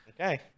Okay